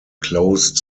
closed